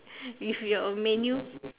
with your menu